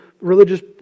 religious